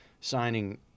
signing